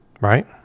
Right